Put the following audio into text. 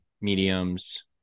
mediums